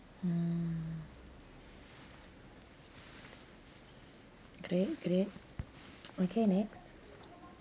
hmm great great okay next